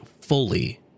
fully